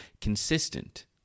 consistent